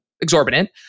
exorbitant